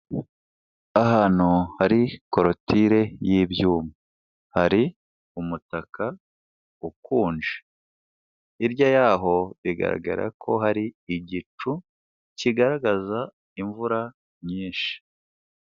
Ahantu hari koroture y'ibyuma hari umutaka ukunje, hirya yaho bigaragara ko hari igicu kigaragaza imvura nyinshi.